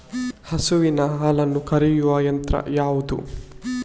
ಹಸುವಿನ ಹಾಲನ್ನು ಕರೆಯುವ ಯಂತ್ರ ಯಾವುದು?